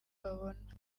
babona